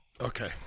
Okay